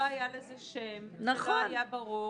לא היה לזה שם, זה לא היה ברור.